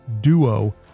duo